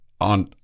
on